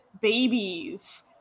babies